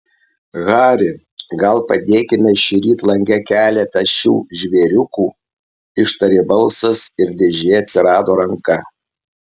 hari gal padėkime šįryt lange keletą šių žvėriukų ištarė balsas ir dėžėje atsirado ranka